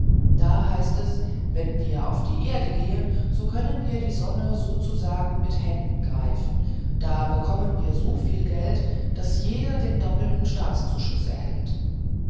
da heißt es wenn wir auf die erde gehen da können wir die sonne sozusagen mit händen greifen da bekommen wir soviel geld daß jeder den doppelten staatszuschuß erhält